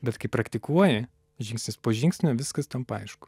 bet kai praktikuoji žingsnis po žingsnio viskas tampa aišku